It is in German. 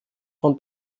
von